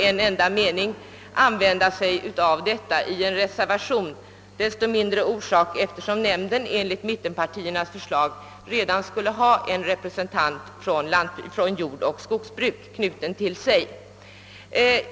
Skälen härför är så mycket mindre som forskningsnämnden enligt mittenpartiernas förslag redan skulle ha en representant från jordoch skogsbruk knuten till sig.